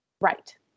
Right